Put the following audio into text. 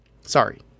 Sorry